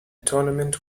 tournament